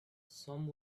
some